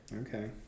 Okay